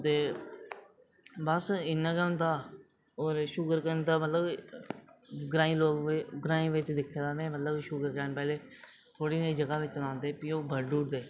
ते बस इन्ना गै होंदा और शूगरकेन दा मतलब ग्राईं लोग ग्राएं बिच दिक्खे दा में मतलब शूगरकेन पैह्लें थोह्ड़ी नेही जगह् बिच लांदे फ्ही ओह् बड्ढी ओड़दे